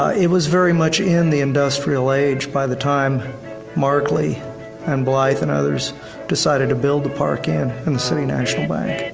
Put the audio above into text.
it was very much in the industrial age by the time markley and blythe and others decided to build the park inn and the city national bank.